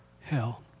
hell